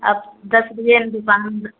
आप दस बजे हम दुक़ान